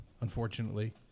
unfortunately